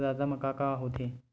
प्रदाता मा का का हो थे?